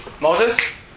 Moses